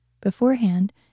Beforehand